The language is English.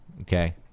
okay